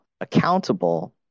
accountable